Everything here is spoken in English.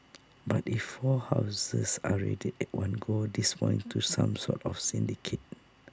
but if four houses are raided at one go this points to some sort of syndicate